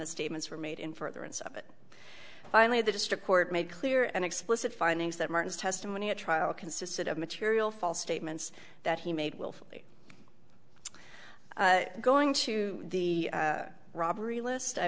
the statements were made in furtherance of it finally the district court made clear and explicit findings that martin's testimony at trial consisted of material false statements that he made willfully going to the robbery list i